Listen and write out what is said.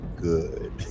good